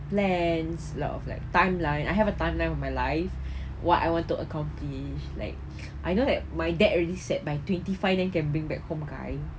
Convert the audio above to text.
plans like of like timeline I have a timeline of my life what I want to accomplish like I don't have my dad already set by twenty five then can bring back home guy